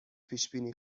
پیشبینی